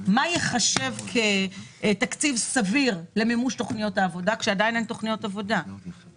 מה ייחשב כתקציב סביר למימוש תכניות העבודה כשאין עדיין תכניות ל-2021